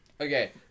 Okay